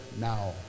now